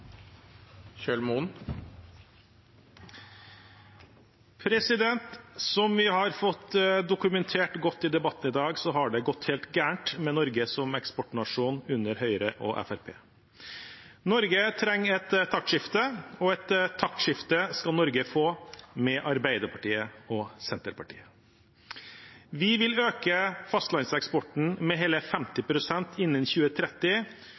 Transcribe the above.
Som vi har fått dokumentert godt i debatten i dag, har det gått helt gærent med Norge som eksportnasjon under Høyre og Fremskrittspartiet. Norge trenger et taktskifte, og et taktskifte skal Norge få med Arbeiderpartiet og Senterpartiet. Vi vil øke fastlandseksporten med hele 50 pst. innen 2030,